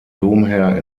domherr